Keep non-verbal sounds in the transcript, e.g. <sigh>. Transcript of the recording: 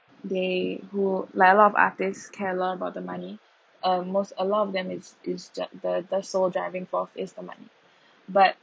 they who like a lot of artist care a lot about the money uh most a lot of them is is just that the sole driving for face on money <breath> but